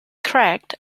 cracked